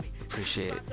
appreciate